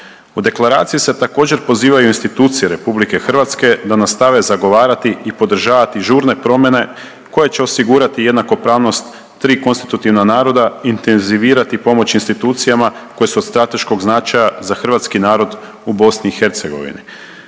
U deklaraciji se također pozivaju institucije RH da nastave zagovarati i podržavati žurne promjene koje će osigurati jednakopravnost tri konstitutivna naroda, intenzivirati pomoć institucijama koje su od strateškog značaja za hrvatski narod u BiH.